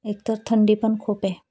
एकतर थंडी पण खूप आहे